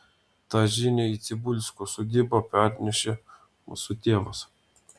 tą žinią į cibulskų sodybą parnešė mūsų tėvas